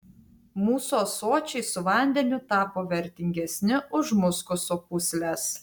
mūsų ąsočiai su vandeniu tapo vertingesni už muskuso pūsles